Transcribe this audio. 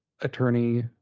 attorney